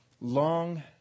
long